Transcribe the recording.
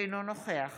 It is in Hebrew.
אינו נוכח